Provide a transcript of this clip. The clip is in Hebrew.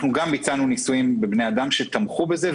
גם ביצענו ניסויים בבני אדם שתמכו בזה,